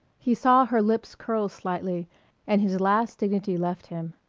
he saw her lips curl slightly and his last dignity left him.